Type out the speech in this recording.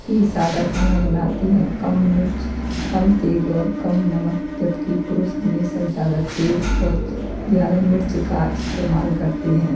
ही सादा खाना बनाती हैं कम मिर्च कम तेल और कम नमक जब कि पुरुष हमेशा ज़्यादा तेल और ज़्यादा मिर्च का इस्तेमाल करते हैं